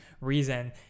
reason